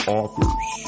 authors